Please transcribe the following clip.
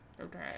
Okay